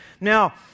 now